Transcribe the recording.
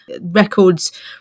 records